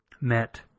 met